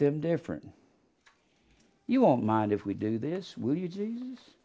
them different you won't mind if we do this will you